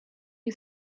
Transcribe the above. you